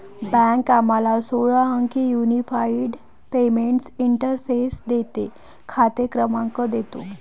bank आम्हाला सोळा अंकी युनिफाइड पेमेंट्स इंटरफेस देते, खाते क्रमांक देतो